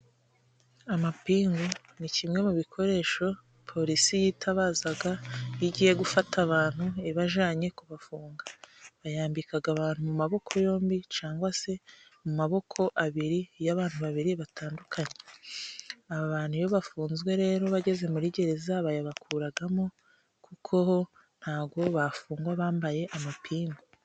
Amapingu ni kimwe mu bikoresho, polisi yitabaza igiye gufata abantu ibajyanye kubafunga, bayambika abantu mu maboko yombi, cyangwa se mu maboko abiri y'abantu babiri batandukanye, aba bantu iyo bafunzwe rero bageze muri gereza bayabakuramo, kuko ho ntabwo bafungwa bambaye amapingu.